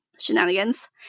shenanigans